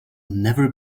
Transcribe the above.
never